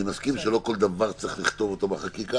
אני מסכים שלא כל דבר צריך לכתוב בחקיקה